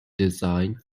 designed